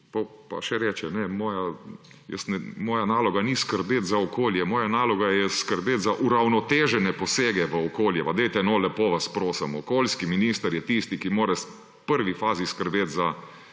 Pa še reče, moja naloga ni skrbeti za okolje, moja naloga je skrbeti za uravnotežene posege v okolje. Ma, dajte no, lepo vas prosim! Okoljski minister je tisti, ki mora v prvi fazi skrbeti za